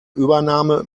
übernahme